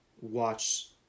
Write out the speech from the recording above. watch